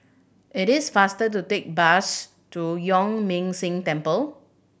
it is faster to take bus to Yuan Ming Si Temple